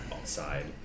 outside